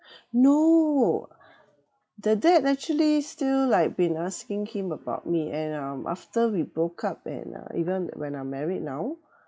no the dad actually still like been asking him about me and um after we broke up and uh even when I'm married now